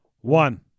one